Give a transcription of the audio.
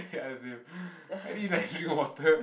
ya as if I needa drink water